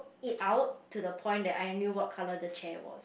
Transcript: it out to the point that I knew what colour the chair was